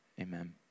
Amen